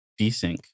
desync